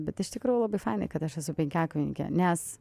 bet iš tikrųjų labai fainai kad aš esu penkiakovininkė nes